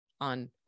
on